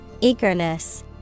Eagerness